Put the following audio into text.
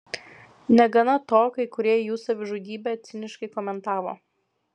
negana to kai kurie jų savižudybę ciniškai komentavo